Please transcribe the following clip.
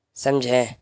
سمجھے